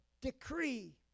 decree